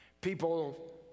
People